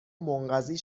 منقضی